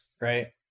right